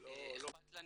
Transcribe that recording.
אכפת לנו